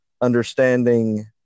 understanding